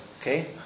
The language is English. Okay